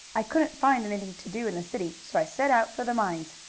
i couldn't find anything to do in the city, so i set out for the mines.